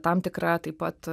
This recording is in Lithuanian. tam tikra taip pat